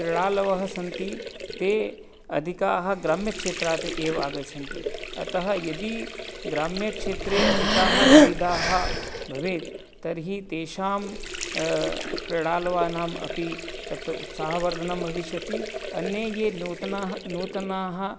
क्रिडालवः सन्ति ते अधिकाः ग्राम्यक्षेत्रात् एव आगच्छन्ति अतः यदि ग्राम्यक्षेत्रे अधिकाः सुविधाः भवेत् तर्हि तेषां क्रिडालूनाम् अपि तत्र उत्साहवर्धनं भविष्यति अन्ये ये नूतनाः नूतनाः